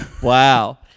Wow